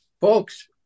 Folks